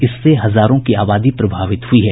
इससे हजारों की आबादी प्रभावित हुई है